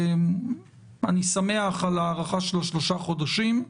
אני שמח על ההארכה של השלושה חודשים,